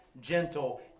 gentle